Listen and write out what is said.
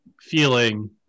feeling